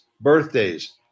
birthdays